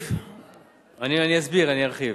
לא הבנתי, אני אסביר.